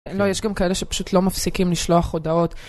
לא, יש גם כאלה שפשוט לא מפסיקים לשלוח הודעות.